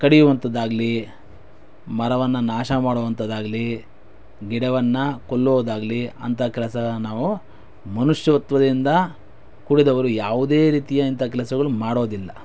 ಕಡಿವಂಥದ್ದಾಗಲಿ ಮರವನ್ನು ನಾಶ ಮಾಡುವಂಥದ್ದಾಗಲಿ ಗಿಡವನ್ನು ಕೊಲ್ಲೋದಾಗಲಿ ಅಂತಹ ಕೆಲಸವನ್ನು ನಾವು ಮನುಷ್ಯತ್ವದಿಂದ ಕೂಡಿದವರು ಯಾವುದೇ ರೀತಿಯ ಇಂಥ ಕೆಲಸಗಳು ಮಾಡೋದಿಲ್ಲ